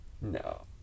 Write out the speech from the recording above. No